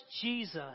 Jesus